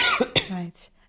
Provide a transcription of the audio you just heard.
Right